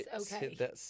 okay